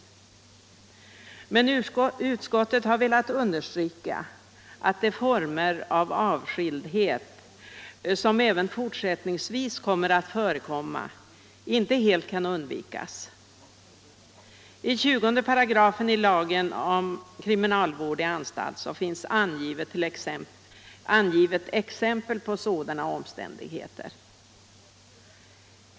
Utskottet har emellertid velat understryka att de former av avskildhet som även fortsättningsvis kommer att finnas inte helt kan undvikas. I 20§ lagen om kriminalvård i anstalt finns exempel angivna på betydelsefulla omständigheter.